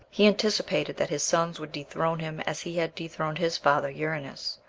he anticipated that his sons would dethrone him, as he had dethroned his father, uranos,